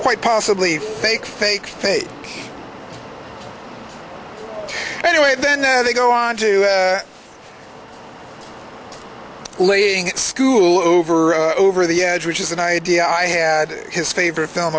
quite possibly fake fake fake anyway then they go on to laying it school over over the edge which is an idea i had his favorite film